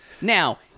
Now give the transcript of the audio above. Now